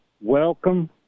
welcome